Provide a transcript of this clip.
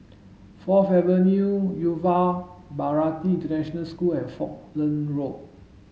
Fourth Avenue Yuva Bharati International School and Falkland Road